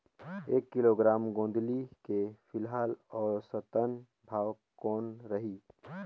एक किलोग्राम गोंदली के फिलहाल औसतन भाव कौन रही?